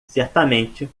certamente